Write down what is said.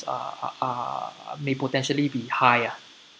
are are may potentially be high ah